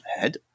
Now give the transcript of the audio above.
head